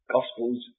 Gospels